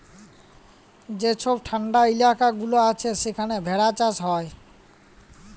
যে ছব ঠাল্ডা ইলাকা গুলা আছে সেখালে ভেড়া চাষ হ্যয়